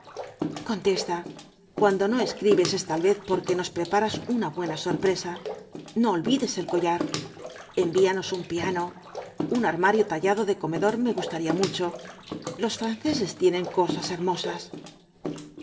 contesta cuando no escribes es tal vez porque nos preparas una buena sorpresa no olvides el collar envíanos un piano un armario tallado de comedor me gustaría mucho los franceses tienen cosas hermosas